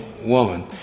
woman